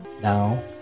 Now